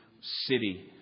city